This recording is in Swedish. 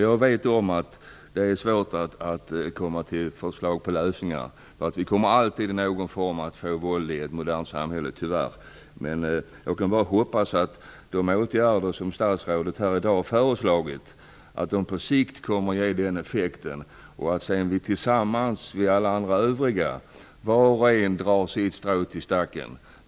Jag vet att det är svårt att komma fram till förslag på lösningar och att det tyvärr alltid i någon form kommer att finnas våld i ett modernt samhälle. Jag kan bara hoppas att de åtgärder som statsrådet föreslagit här i dag på sikt kommer att ge effekt, och att vi alla tillsammans, var och en, drar sitt strå till stacken.